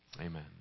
amen